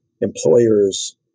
employers